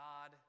God